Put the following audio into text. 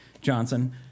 Johnson